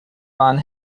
waren